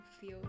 feel